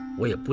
wait but